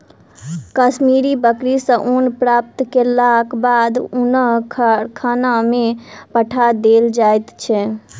कश्मीरी बकरी सॅ ऊन प्राप्त केलाक बाद ऊनक कारखाना में पठा देल जाइत छै